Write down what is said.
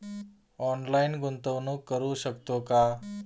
Online गुंतवणूक करू शकतो का?